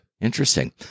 Interesting